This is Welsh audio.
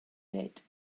ddweud